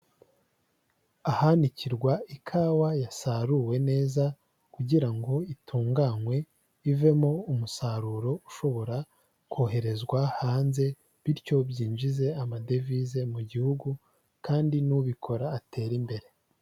Ahanikirwa ikawa yasaruwe neza kugira ngo itunganywe ivemo umusaruro ushobora koherezwa hanze, bityo byinjize amadevize mu gihugu, kandi n'ubikora atere imbere.